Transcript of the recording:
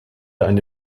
eine